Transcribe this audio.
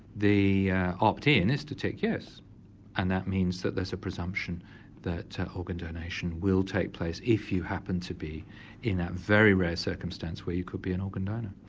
the opt-in is to tick yes and that means that there's a presumption that organ donation will take place if you happen to be in a very rare circumstance where you could be an organ donor.